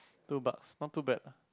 two bucks not too bad lah